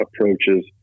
approaches